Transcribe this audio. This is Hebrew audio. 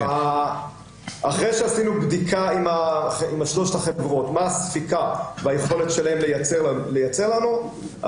אחרי שעשינו בדיקה עם שלושת החברות מה הספיקה והיכולת שלהן לייצר לנו,